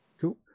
cool